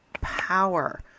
power